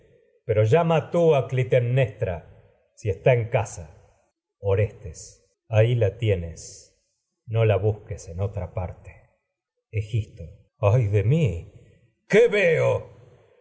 pero llama tú a clitemnestra si está en casa orestes ahí la tienes no la busques en otra parte egisto ay de mí qué veo